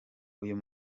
uyu